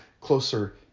closer